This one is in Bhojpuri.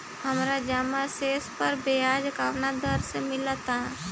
हमार जमा शेष पर ब्याज कवना दर से मिल ता?